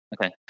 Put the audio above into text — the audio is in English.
Okay